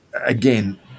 again